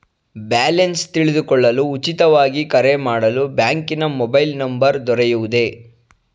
Balance ತಿಳಿದುಕೊಳ್ಳಲು ಉಚಿತವಾಗಿ ಕರೆ ಮಾಡಲು ಬ್ಯಾಂಕಿನ ಮೊಬೈಲ್ ನಂಬರ್ ದೊರೆಯುವುದೇ?